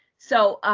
so